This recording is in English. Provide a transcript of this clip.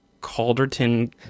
Calderton